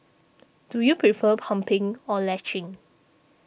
do you prefer pumping or latching